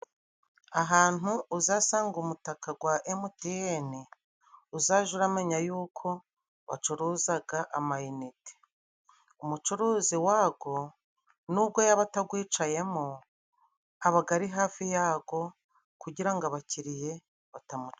Ahantu uzasanga umutaka gwa emutiyeni, uzaje uramenya y'uko bacuruzaga amayinite. Umucuruzi wagwo nubwo yaba atagwicayemo abaga ari hafi yago kugira ngo abakiriya batamuca.